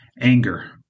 Anger